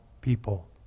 people